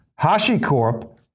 HashiCorp